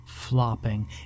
flopping